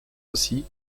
aussi